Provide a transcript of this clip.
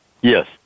Yes